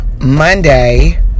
monday